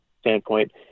standpoint